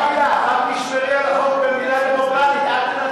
תשמרי על החוק במדינה דמוקרטית.